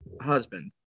husband